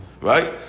Right